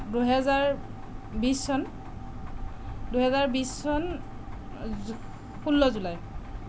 দুহাজাৰ বিছ চন দুহাজাৰ বিছ চন ষোল্ল জুলাই